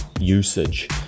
usage